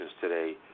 today